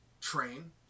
train